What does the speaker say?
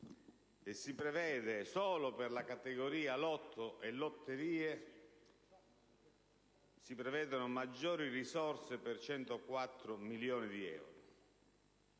e si prevedono, solo per la categoria lotto e lotterie, maggiori risorse per 104 milioni di euro.